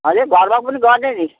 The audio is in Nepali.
हजुर घरमा पनि गर्ने नि